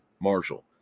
Marshall